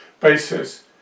basis